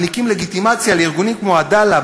מעניקים לגיטימציה לארגונים כמו "עדאלה",